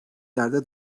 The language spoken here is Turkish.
yerde